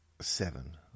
seven